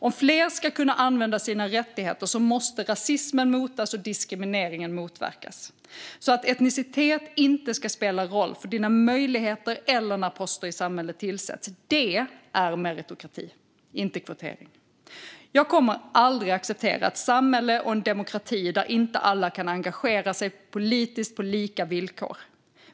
Om fler ska kunna använda sina rättigheter måste rasismen motas och diskrimineringen motverkas så att etnicitet inte ska spela roll för dina möjligheter eller när poster i samhället tillsätts. Det är meritokrati - inte kvotering. Jag kommer aldrig att acceptera ett samhälle och en demokrati där inte alla kan engagera sig politiskt på lika villkor.